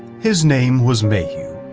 his name was mayhew.